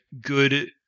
good